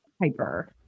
hyper